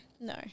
no